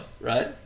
right